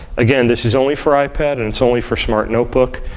again, this is only for ipad and it's only for smart notebook.